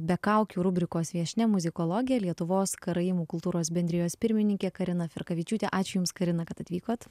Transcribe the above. be kaukių rubrikos viešnia muzikologė lietuvos karaimų kultūros bendrijos pirmininkė karina firkavičiūtė ačiū jums karina kad atvykot